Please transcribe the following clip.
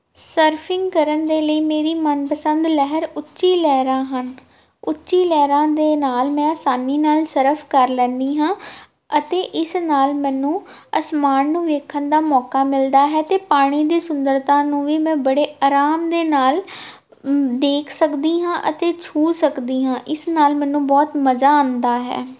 surfing ਕਰਨ ਦੇ ਲਈ ਮੇਰੀ ਮਨਪਸੰਦ ਲਹਿਰ ਉੱਚੀ ਲਹਿਰਾਂ ਹਨ ਉੱਚੀ ਲਹਿਰਾਂ ਦੇ ਨਾਲ ਮੈਂ ਆਸਾਨੀ ਨਾਲ ਸਰਫ ਕਰ ਲੈਂਦੀ ਹਾਂ ਅਤੇ ਇਸ ਨਾਲ ਮੈਨੂੰ ਅਸਮਾਨ ਨੂੰ ਵੇਖਣ ਦਾ ਮੌਕਾ ਮਿਲਦਾ ਹੈ ਅਤੇ ਪਾਣੀ ਦੀ ਸੁੰਦਰਤਾ ਨੂੰ ਵੀ ਮੈਂ ਬੜੇ ਆਰਾਮ ਦੇ ਨਾਲ ਦੇਖ ਸਕਦੀ ਹਾਂ ਅਤੇ ਛੂਹ ਸਕਦੀ ਹਾਂ ਇਸ ਨਾਲ ਮੈਨੂੰ ਬਹੁਤ ਮਜ਼ਾ ਆਉਂਦਾ ਹੈ